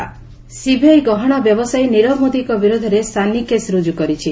CBI Nirav Modi CBI ଗହଣା ବ୍ୟବସାୟୀ ନିରବ ମୋଦିଙ୍କ ବିରୋଧରେ ସାନି କେଶ୍ ର୍ରଜ୍ଜ କରିଛି